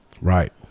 Right